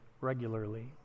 regularly